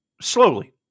slowly